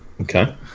Okay